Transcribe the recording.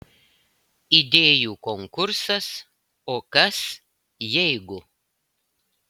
idėjų konkursas o kas jeigu